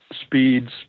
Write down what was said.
speeds